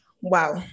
Wow